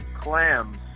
Clams